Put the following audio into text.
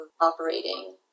operating